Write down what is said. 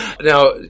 Now